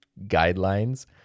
guidelines